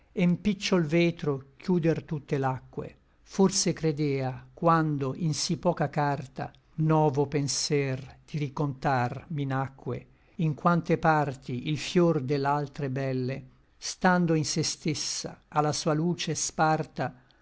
n picciol vetro chiuder tutte l'acque forse credea quando in sí poca carta novo penser di ricontar mi nacque in quante parti il fior de l'altre belle stando in se stessa à la sua luce sparta